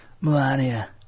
Melania